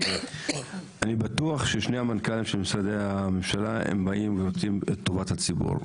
אני בטוח ששני המנכ"לים של משרדי הממשלה באים ורוצים את טובת הציבור.